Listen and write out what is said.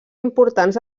importants